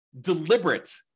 deliberate